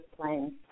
plane